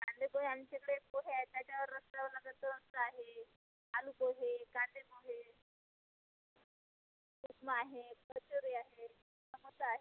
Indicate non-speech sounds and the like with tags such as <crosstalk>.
कांदेपोहे आमच्याकडे पोहे आहेत त्याच्यावर रस्सा <unintelligible> आलूपोहे कांदेपोहे उपमा आहे कचोरी आहे समोसा आहे